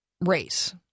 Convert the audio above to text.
race